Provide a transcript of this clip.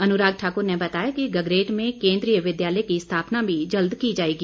अनुराग ठाकुर ने बताया कि गगरेट में केन्द्रीय विद्यालय की स्थापना भी जल्द की जाएगी